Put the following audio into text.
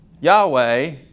Yahweh